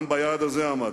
גם ביעד הזה עמדנו.